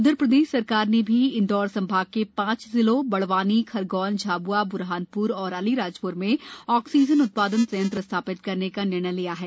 उधरप्रदेश सरकार ने भी इंदौर संभाग के थांच जिलों बड़वानीखरगोनझाब्आ ब्रहान र और अलीराज र में ऑक्सीजन उत्पादन संयंत्र स्था त करने का निर्णय लिया है